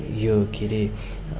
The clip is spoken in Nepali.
यो के रे